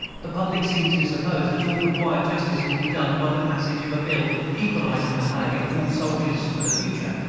the public seems to suppose that all required justice will be done by the passage of a bill equalizing the pay of all soldiers for the future.